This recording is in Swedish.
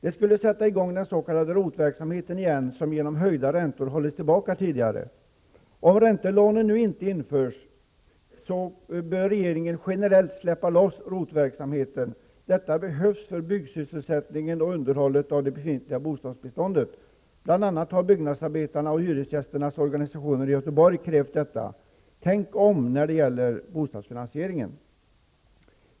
Det skulle sätta i gång ROT-verksamheten igen, som genom höjda räntor hållits tillbaka tidigare. Om räntelånen nu inte införs bör regeringen generellt släppa loss ROT verksamheten. Det behövs för byggsysselsättningen och underhållet av det befintliga bostadsbeståndet. Bl.a. har byggnadsarbetarna och hyresgästernas organisationer i Göteborg krävt detta. Tänk om, när det gäller bostadsfinansieringen.